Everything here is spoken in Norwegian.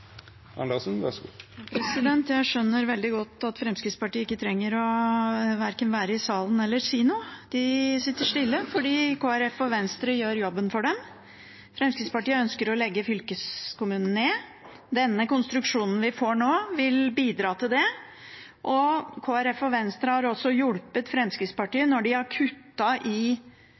Jeg skjønner veldig godt at Fremskrittspartiet ikke trenger verken å være i salen eller å si noe. De sitter stille fordi Kristelig Folkeparti og Venstre gjør jobben for dem. Fremskrittspartiet ønsker å legge ned fylkeskommunene. Den konstruksjonen vi får nå, vil bidra til det. Kristelig Folkeparti og Venstre har også hjulpet Fremskrittspartiet når de har kuttet i